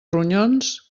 ronyons